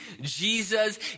Jesus